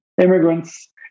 immigrants